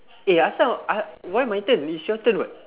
eh asal ah why my turn it's your turn [what]